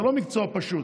זה לא מקצוע פשוט.